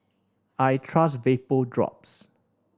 I trust Vapodrops